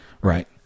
Right